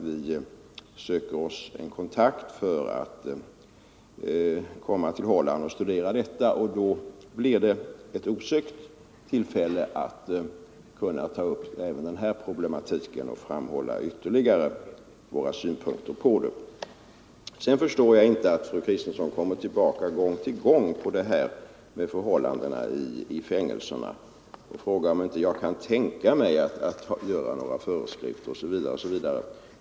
Vi söker kontakt för att komma till Holland och studera detta, och då blir det ett osökt tillfälle att ta upp även den problematik vi nu diskuterar och ytterligare understryka våra synpunkter. Jag förstår inte att fru Kristensson gång på gång kommer tillbaka till förhållandena i fängelserna och frågar om jag inte kan tänka mig att utfärda föreskrifter osv.